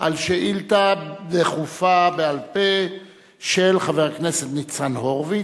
על שאילתא דחופה בעל-פה של חבר הכנסת ניצן הורוביץ,